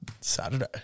Saturday